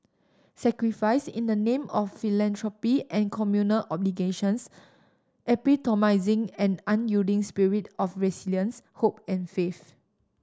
sacrifice in the name of philanthropy and communal obligations epitomising and unyielding spirit of resilience hope and faith